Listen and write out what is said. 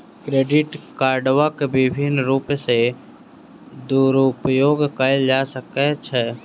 credit कार्डक विभिन्न रूप सॅ दुरूपयोग कयल जा सकै छै